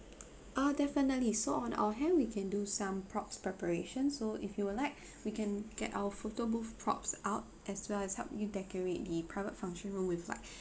uh definitely so on our hand we can do some props preparation so if you would like we can get our photo booth props out as well as help you decorate the private function room with like